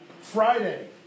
Friday